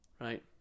Right